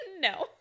no